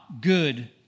good